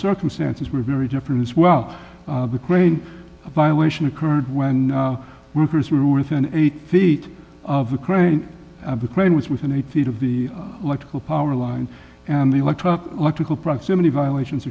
circumstances were very different as well the crane violation occurred when workers were worth an eight feet of a crane the crane was within eight feet of the electrical power line and the electronic electrical proximity violations